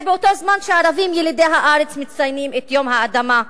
זה באותו זמן שהערבים ילידי הארץ מציינים את יום האדמה.